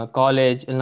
college